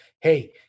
Hey